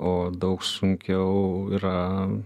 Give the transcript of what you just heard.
o daug sunkiau yra